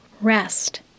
Rest